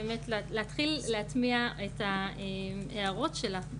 באמת להתחיל להטמיע את ההערות שלה,